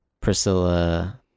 Priscilla